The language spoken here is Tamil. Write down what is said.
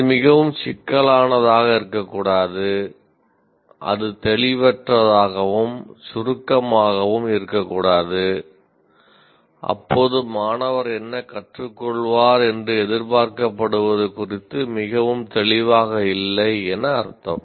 இது மிகவும் சிக்கலானதாக இருக்கக்கூடாது அது தெளிவற்றதாகவும் சுருக்கமாகவும் இருக்கக்கூடாது அப்போது மாணவர் என்ன கற்றுக் கொள்வார் என்று எதிர்பார்க்கப்படுவது குறித்து மிகவும் தெளிவாக இல்லை என அர்த்தம்